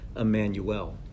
Emmanuel